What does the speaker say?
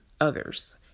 others